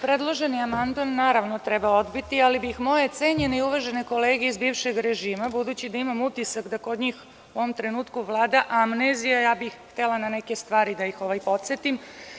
Predloženi amandman, naravno, treba odbiti, ali bih moje cenjene i uvažene kolege iz bivšeg režima, budući da imam utisak da kod njih u ovom trenutku vlada amnezija, htela bih na neke stvari da ih podsetim.